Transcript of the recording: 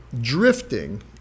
drifting